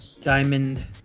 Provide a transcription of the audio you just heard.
Diamond